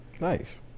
Nice